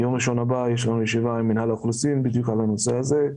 ביום ראשון הבא יש לנו ישיבה עם מינהל האוכלוסין בדיוק על הנושא הזה.